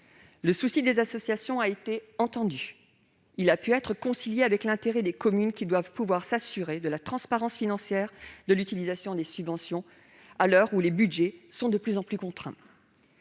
Le souci des associations a été entendu. Il a pu être concilié avec l'intérêt des communes, qui doivent pouvoir s'assurer de la transparence financière de l'utilisation des subventions, à l'heure où les budgets sont de plus en plus contraints.